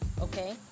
okay